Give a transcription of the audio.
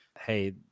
Hey